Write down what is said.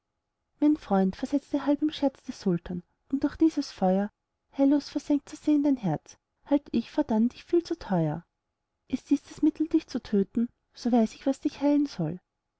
mein freund versetze halb im scherz der sultan um durch dieses feuer heillos versengt zu sehn dein herz halt ich fortan dich viel zu teuer ist dies das mittel dich zu töten so weiß ich was dich heilen soll